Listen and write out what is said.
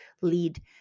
lead